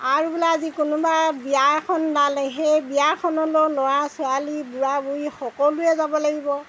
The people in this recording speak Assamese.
আৰু বোলে আজি কোনোবা বিয়া এখন ওলালে সেই বিয়াখনলৈ ল'ৰা ছোৱালী বুঢ়া বুঢ়ী সকলোৱে যাব লাগিব